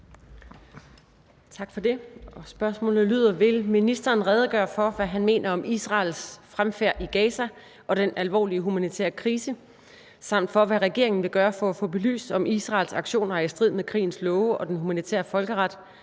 Tak for det, og spørgsmålet lyder: Vil ministeren redegøre for, hvad han mener om Israels fremfærd i Gaza og den alvorlige humanitære krise, samt for, hvad regeringen vil gøre for at få belyst, om Israels aktioner er i strid med krigens love og den humanitære folkeret,